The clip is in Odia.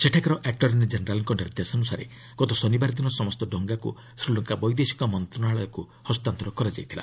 ସେଠାକାର ଆଟର୍ଣ୍ଣି ଜେନେରାଲ୍ଙ୍କ ନିର୍ଦ୍ଦେଶାନ୍ସାରେ ଗତ ଶନିବାର ଦିନ ସମସ୍ତ ଡଙ୍ଗାକ୍ ଶ୍ରୀଲଙ୍କା ବୈଦେଶିକ ମନ୍ତ୍ରଣାଳୟକୁ ହସ୍ତାନ୍ତର କରାଯାଇଥିଲା